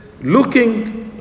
looking